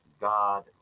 God